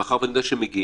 מאחר שאני יודע שמגיעים,